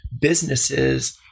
businesses